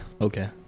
Okay